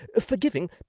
forgiving